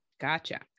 Gotcha